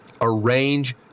arrange